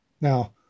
Now